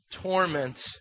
torment